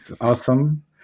awesome